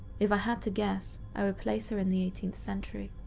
if i had to guess, i would place her in the eighteenth century.